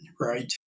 right